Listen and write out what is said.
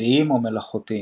טבעיים או מלאכותיים.